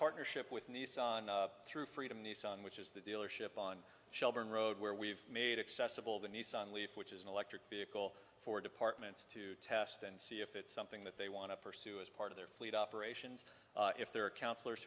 partnership with nissan through freedom nissan which is the dealership on shelburne road where we've made accessible the nissan leaf which is an electric vehicle for departments to test and see if it's something that they want to pursue as part of their fleet operations if there are counselors